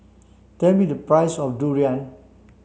tell me the price of durian